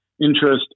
interest